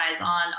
on